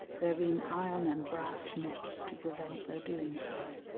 there being iron and brass nets to prevent their doing so.